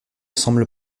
semble